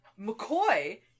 McCoy